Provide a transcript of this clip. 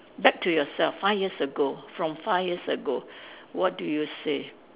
back to yourself five years ago from five years ago what do you say